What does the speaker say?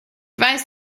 weiß